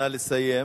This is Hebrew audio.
נא לסיים.